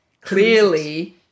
clearly